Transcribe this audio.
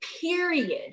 Period